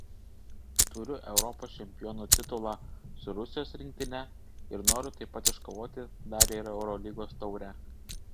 turiu europos čempionų titulą su rusijos rinktine ir noriu taip pat iškovoti dar ir eurolygos taurę